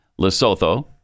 Lesotho